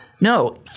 No